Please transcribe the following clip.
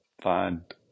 find